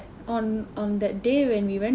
on on that day when we went